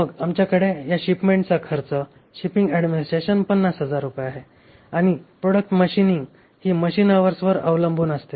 मग आमच्याकडे या शिपमेंटचा खर्च शिपिंग ऍडमिनिस्ट्रेशन 50000 रुपये आहे आणि प्रोडक्ट मशिनिंग ही मशीन अवर्सवर अवलंबून असते